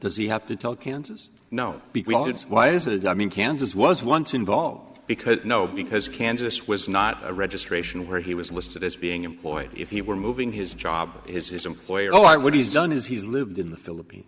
does he have to tell kansas no why is that i mean kansas was once involved because no because kansas was not a registration where he was listed as being employed if he were moving his job his employer oh i would he's done is he's lived in the philippines